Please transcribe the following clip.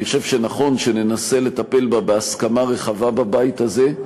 אני חושב שנכון לנסות לטפל בה בהסכמה רחבה בבית הזה.